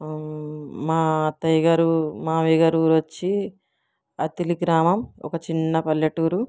మా అత్తయ్యగారు మామయ్య గారు ఊరు వచ్చి అత్తిలి గ్రామం ఒక చిన్న పల్లెటూరు